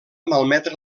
malmetre